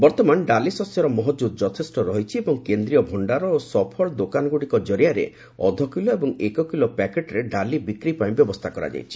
ବର୍ତ୍ତମାନ ଡାଲି ଶସ୍ୟର ମହକୁଦ୍ ଯଥେଷ୍ଟ ରହିଛି ଏବଂ କେନ୍ଦ୍ରୀୟ ଭଣ୍ଡାର ଓ ସଫଳ ଦୋକାନଗୁଡ଼ିକ ଜରିଆରେ ଅଧକିଲୋ ଓ ଏକ କିଲୋ ପ୍ୟାକେଟ୍ରେ ଡାଲି ବିକ୍ରି ପାଇଁ ବ୍ୟବସ୍ଥା କରାଯାଇଛି